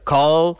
Call